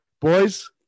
boys